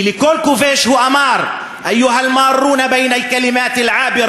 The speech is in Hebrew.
ולכל כובש הוא אמר: (אומר דברים בשפה הערבית,